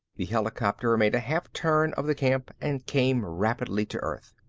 the helicopter made a half-turn of the camp and came rapidly to earth.